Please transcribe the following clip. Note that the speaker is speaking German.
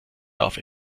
darf